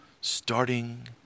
starting